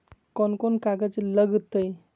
कौन कौन कागज लग तय?